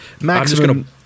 Maximum